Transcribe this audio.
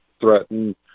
threatened